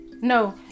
No